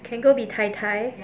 can go be tai tai